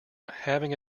having